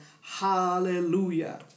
Hallelujah